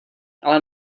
ale